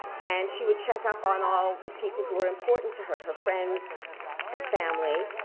and she would check up on all the people who are important to her, her friends and family.